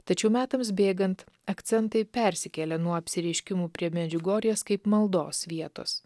tačiau metams bėgant akcentai persikėlė nuo apsireiškimų prie medžiugorjės kaip maldos vietos